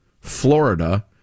Florida